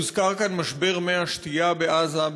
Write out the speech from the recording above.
הוזכר כאן משבר מי השתייה בעזה.